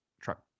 truck